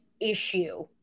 issue